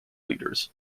leaders